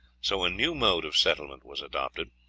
so a new mode of settlement was adopted.